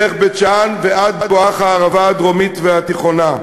דרך בית-שאן ועד בואכה הערבה הדרומית והתיכונה.